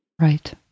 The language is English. Right